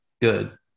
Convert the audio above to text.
good